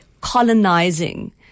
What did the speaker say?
colonizing